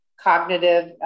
cognitive